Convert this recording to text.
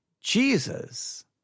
Jesus